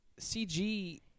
CG